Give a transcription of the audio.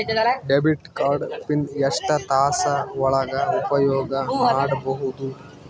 Debit card pin ಎಷ್ಟ ತಾಸ ಒಳಗ ಉಪಯೋಗ ಮಾಡ್ಬಹುದು?